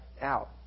out